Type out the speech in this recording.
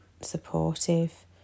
supportive